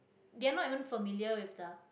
they are not even familiar with the